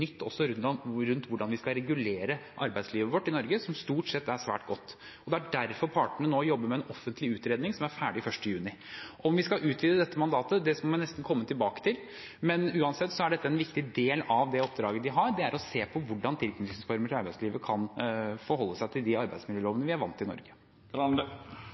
nytt også rundt hvordan vi skal regulere arbeidslivet vårt i Norge, som stort sett er svært godt. Det er derfor partene nå jobber med en offentlig utredning, som er ferdig 1. juni. Om vi skal utvide dette mandatet, må jeg nesten komme tilbake til. Uansett er det en viktig del av oppdraget de har, å se på hvordan tilknytningsformer til arbeidslivet kan forholde seg til de arbeidsmiljølovene vi er vant til i